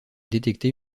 détecter